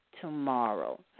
tomorrow